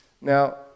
Now